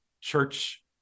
church